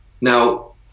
now